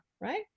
right